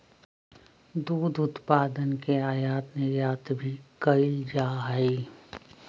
दुध उत्पादन के आयात निर्यात भी कइल जा हई